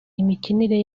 imikinire